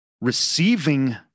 receiving